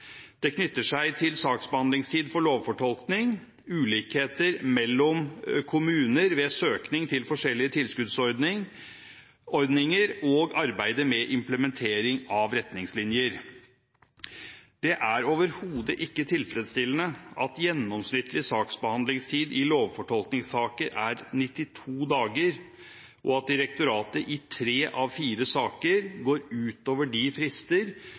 Det knytter seg til saksbehandlingstid for lovfortolkning, ulikheter mellom kommuner som søker forskjellige tilskuddsordninger og arbeidet med implementering av retningslinjer. Det er overhodet ikke tilfredsstillende at gjennomsnittlig saksbehandlingstid i lovfortolkningssaker er 92 dager, og at direktoratet i tre av fire saker går over de frister